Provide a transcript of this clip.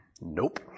nope